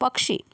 पक्षी